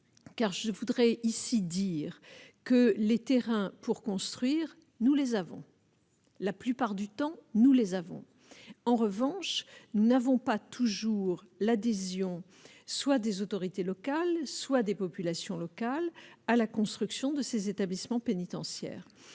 car je voudrais ici dire que les terrains pour construire, nous les avons la plupart du temps, nous les avons, en revanche, nous n'avons pas toujours l'adhésion soit des autorités locales, soit des populations locales à la construction de ces établissements pénitentiaires